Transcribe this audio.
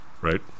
Right